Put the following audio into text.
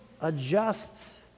adjusts